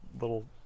little